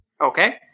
Okay